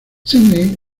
sydney